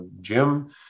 Jim